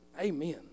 amen